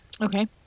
Okay